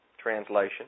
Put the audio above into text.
translation